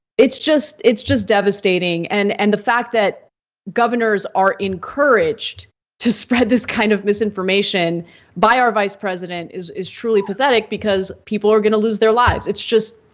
it's just it's just devastating and and the fact that governors are encouraged to spread this kind of misinformation by our vice president is is truly pathetic, because people are gonna lose their lives. it's just